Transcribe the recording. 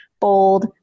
bold